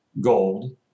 gold